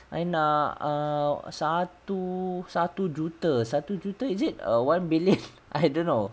I nak err satu satu juta satu juta is it uh one billion I don't know